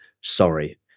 sorry